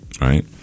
right